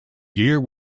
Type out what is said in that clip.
year